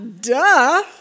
Duh